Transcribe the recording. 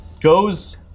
goes